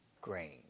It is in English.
grain